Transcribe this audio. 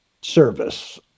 service